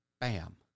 Bam